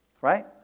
Right